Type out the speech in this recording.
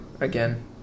again